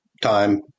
time